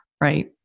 right